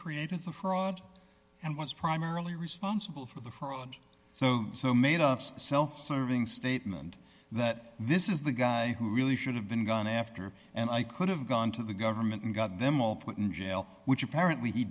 created the fraud and was primarily responsible for the fraud so so made up so self serving statement that this is the guy who really should have been gone after and i could have gone to the government and got them all put in jail which apparently he